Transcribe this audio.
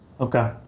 Okay